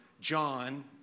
John